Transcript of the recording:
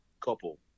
couple